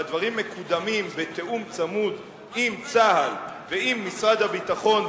והדברים מקודמים בתיאום צמוד עם צה"ל ועם משרד הביטחון,